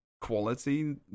quality